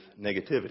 negativity